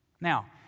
now